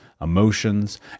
emotions